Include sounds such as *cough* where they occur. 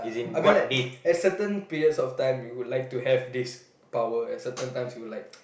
uh I mean like at certain periods of time you would lie to have this power at certain times you'll like *noise*